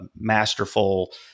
masterful